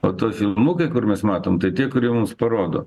o ta filmukai kur mes matom tai tie kurie mums parodo